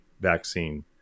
vaccine